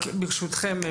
ברשותכם,